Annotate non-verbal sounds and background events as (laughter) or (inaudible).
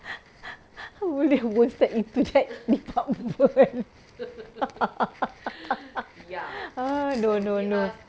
(laughs) hopefully I won't step into that department (laughs) ah no no no